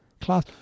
Class